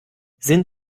sind